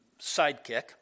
sidekick